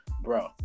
bro